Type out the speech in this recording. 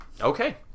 Okay